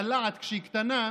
הדלעת, כשהיא קטנה,